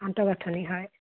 আন্তঃগাঠনি হয়